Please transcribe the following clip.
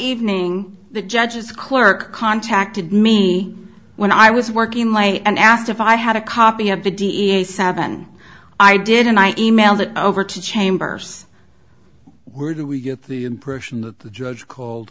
evening the judge's clerk contacted me when i was working late and asked if i had a copy of the da seven i did and i e mailed it over to chambers were do we get the impression that the judge called